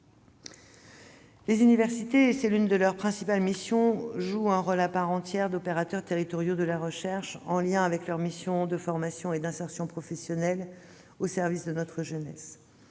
Les universités, c'est l'une de leurs principales missions, jouent un rôle à part entière d'opérateurs territoriaux de la recherche en lien avec leurs missions de formation et d'insertion professionnelles au service de notre jeunesse.